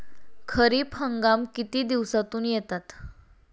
खरीप हंगाम किती दिवसातून येतात?